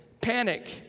panic